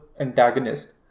antagonist